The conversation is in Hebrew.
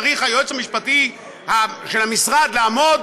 צריך היועץ המשפטי של המשרד לעמוד,